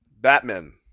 Batman